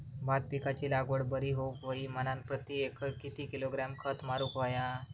भात पिकाची लागवड बरी होऊक होई म्हणान प्रति एकर किती किलोग्रॅम खत मारुक होया?